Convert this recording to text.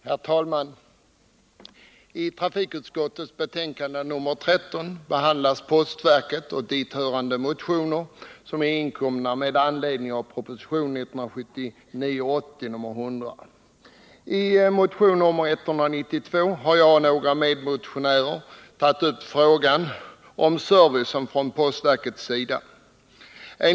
Herr talman! I trafikutskottets betänkande nr 13 behandlas proposition 1979/80:100 vad avser postverket och med anledning av propositionen väckta motioner. I motion nr 192 har jag och några medmotionärer tagit upp frågan om servicen från postverkets sida.